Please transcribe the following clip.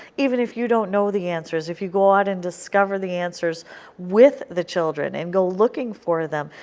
even if you don't know the answers, if you go out and discover the answers with the children and go looking for them,